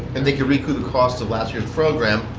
and they could recoup the cost of last year's program,